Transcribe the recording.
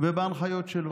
ובהנחיות שלו.